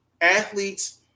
athletes